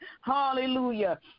hallelujah